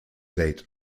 date